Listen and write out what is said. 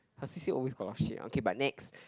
her C_C always got a lot of shit okay but next